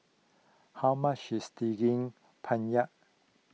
how much is Daging Penyet